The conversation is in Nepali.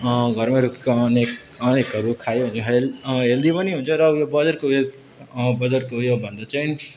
घरमै रोपेको अनेक अनेकहरू खायो भने हेल् हेल्दी पनि हुन्छ र अब यो बजरको उयो बजारको उयो भन्दा चाहिँ